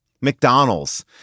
McDonald's